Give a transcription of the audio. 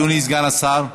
אדוני סגן השר.